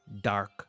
dark